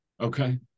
Okay